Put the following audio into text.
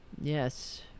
Yes